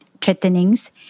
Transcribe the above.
threatenings